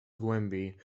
głębiej